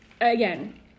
again